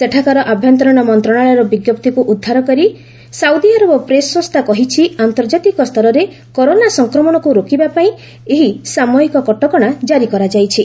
ସେଠାକାର ଆଭ୍ୟନ୍ତରୀଣ ମନ୍ତ୍ରଣାଳୟର ବିଜ୍ଞପ୍ତିକୁ ଉଦ୍ଧାର କରି ସାଉଦି ପ୍ରେସ୍ ସଂସ୍ଥା କହିଛି ଆନ୍ତର୍ଜାତିକ ସ୍ତରରେ କରୋନା ସଂକ୍ରମଣକୁ ରୋକିବାପାଇଁ ଏହି ସାମୟିକ କଟକଶା କ୍ରାରି କରାଯାଇଛି